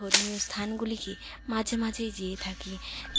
ধর্মীয় স্থানগুলিকে মাঝে মাঝে গিয়ে থাকি